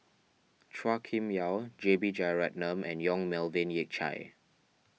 Chua Kim Yeow J B Jeyaretnam and Yong Melvin Yik Chye